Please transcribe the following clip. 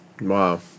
Wow